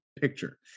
picture